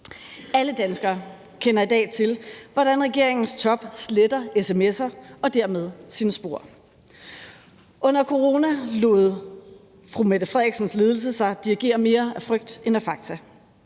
Alle danskere kender i dag til, hvordan regeringens top sletter sms'er og dermed sine spor. Under coronaen lod fru Mette Frederiksens ledelse sig dirigere mere af frygt end af fakta.